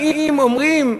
באים אומרים: